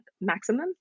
maximum